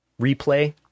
replay